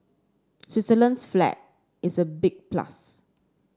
Switzerland's flag is a big plus